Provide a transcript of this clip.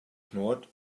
ignored